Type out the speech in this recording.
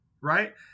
right